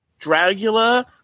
Dragula